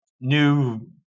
new